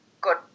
good